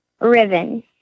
Riven